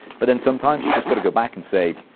but then sometimes you've just got to go back and say,